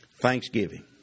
Thanksgiving